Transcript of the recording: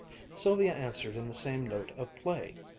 sylvia answered in the same note of play,